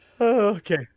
Okay